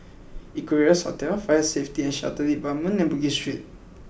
Equarius Hotel Fire Safety and Shelter Department and Bugis Street